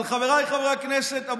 אבל חבריי חברי הכנסת,